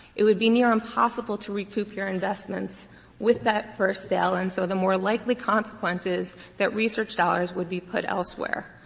it would be near impossible to recoup your investments with that first sale and so the more likely consequence is that research dollars would be put elsewhere.